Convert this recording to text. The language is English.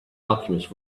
alchemist